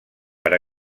per